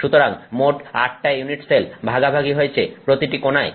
সুতরাং মোট 8 টা ইউনিট সেল ভাগাভাগি হয়েছে প্রতিটি কোণায়